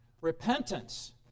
Repentance